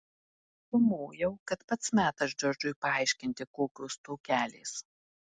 sumojau kad pats metas džordžui paaiškinti kokios tokelės